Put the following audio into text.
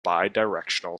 bidirectional